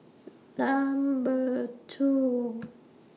Number two